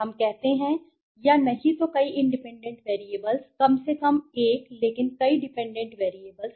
हम कहते हैं या नहीं तो कई इंडिपेंडेंट वैरिएबल्स कम से कम 1 लेकिन कई डिपेंडेंट वैरिएबल्स